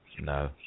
no